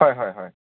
হয় হয় হয়